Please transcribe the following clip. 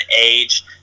age